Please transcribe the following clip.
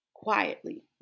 quietly